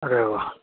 अरे वा